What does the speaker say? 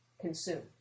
consume